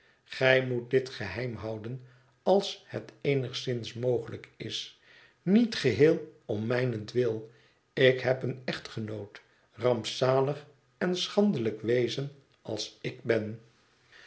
gij moet dit geheimhouden als het eenigszins mogelijk is niet geheel om mijnentwil ik heb een echtgenoot rampzalig en schandelijk wezen als ik ben